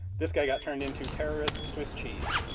this guy got turned into terrorist swiss cheese,